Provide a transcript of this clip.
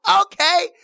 okay